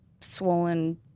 swollen